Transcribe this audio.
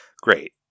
great